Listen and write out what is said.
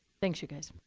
thanks, you guys.